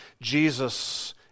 Jesus